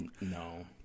No